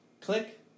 Click